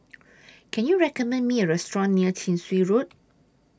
Can YOU recommend Me A Restaurant near Chin Swee Road